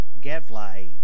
Gadfly